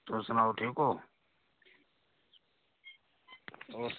तुस सनाओ ठीक ओ